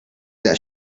that